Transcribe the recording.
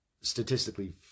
statistically